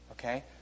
Okay